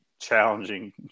challenging